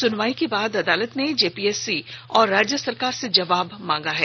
सुनवाई के बाद अदालत ने जेपीएससी और राज्य सरकार से जवाब मांगा है